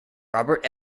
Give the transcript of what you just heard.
robert